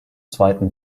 zweiten